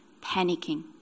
panicking